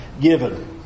given